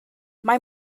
mae